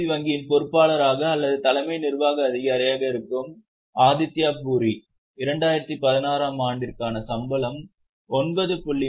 C வங்கியின் பொறுப்பாளராக அல்லது தலைமை நிர்வாக அதிகாரியாக இருக்கும் ஆதித்யா பூரி 2016 ஆம் ஆண்டிற்கான சம்பளம் 9